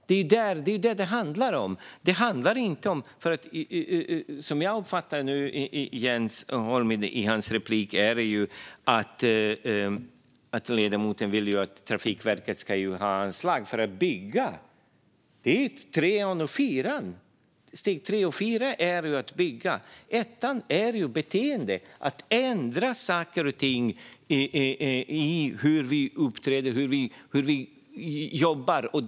Det är vad det handlar om. Som jag uppfattar Jens Holms replik vill han att Trafikverket ska ha anslag för att bygga. Det är steg 3 och steg 4 som handlar om att bygga. Steg 1 gäller beteende, att ändra saker och ting, hur vi uppträder och hur vi jobbar.